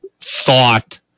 thought